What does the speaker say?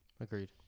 Agreed